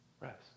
Rest